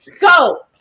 Go